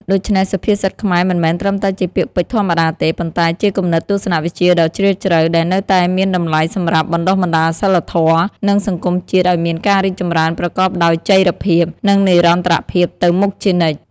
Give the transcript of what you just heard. ដូច្នេះ សុភាសិតខ្មែរមិនមែនត្រឹមតែជាពាក្យពេចន៍ធម្មតាទេ ប៉ុន្តែជាគំនិតទស្សនវិជ្ជាដ៏ជ្រាលជ្រៅ ដែលនៅតែមានតម្លៃសម្រាប់បណ្តុះបណ្តាលសីលធម៌ និងសង្គមជាតិឲ្យមានការរីកចម្រើនប្រកបដោយចីរភាព និងនិរន្តរភាពទៅមុខជានិច្ច។